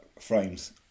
frames